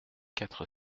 quatre